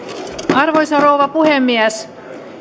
arvoisa rouva puhemies